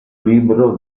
libro